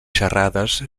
xerrades